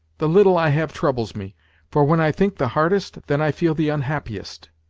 the little i have troubles me for when i think the hardest, then i feel the unhappiest.